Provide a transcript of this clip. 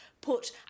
put